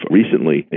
recently